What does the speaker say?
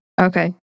Okay